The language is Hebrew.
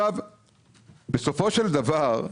בסופו של דבר,